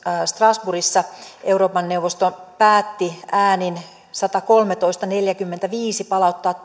strasbourgissa euroopan neuvosto päätti äänin satakolmetoista viiva neljäkymmentäviisi palauttaa